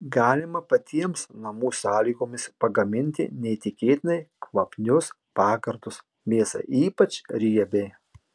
galima patiems namų sąlygomis pagaminti neįtikėtinai kvapnius pagardus mėsai ypač riebiai